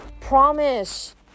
Promise